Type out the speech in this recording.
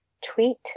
Tweet